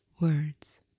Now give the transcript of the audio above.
words